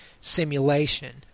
simulation